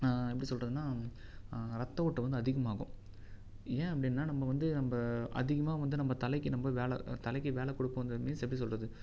எப்படி சொல்லுறதுனா ரத்த ஓட்டம் வந்து அதிகமாகும் ஏன் அப்படின்னா நம்ப வந்து நம்ப அதிகமாக வந்து நம்ப தலைக்கு ரொம்ப வேலை தலைக்கு வேலை கொடுக்கு தெரிஞ்சு எப்படி சொல்லுறது